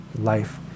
life